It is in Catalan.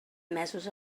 admesos